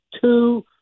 two